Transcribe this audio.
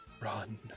Run